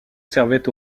servait